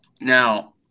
now